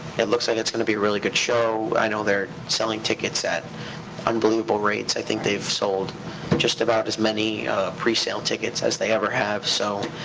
it looks like it's gonna be a really good show. i know they're selling tickets at unbelievable rates. i think they've sold just about as many presale tickets as they ever have, so